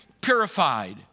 purified